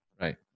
Right